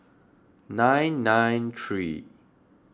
nine nine three